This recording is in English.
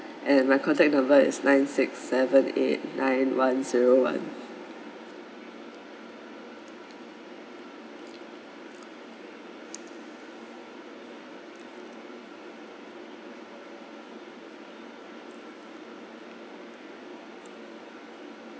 and my contact number is nine six seven eight nine one zero one